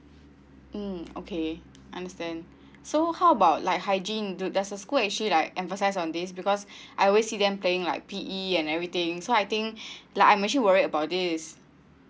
mm okay understand so how about like hygiene do does the school actually like emphasize on this because I always see them playing like P_E and everything so I think like I'm actually worry about this